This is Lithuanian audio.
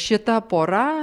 šita pora